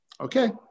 okay